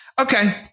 Okay